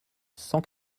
cent